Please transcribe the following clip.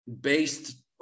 based